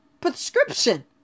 Prescription